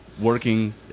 working